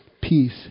peace